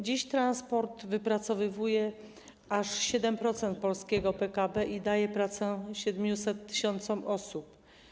Dziś transport wypracowuje aż 7% polskiego PKB i daje pracę 700 tys. osób.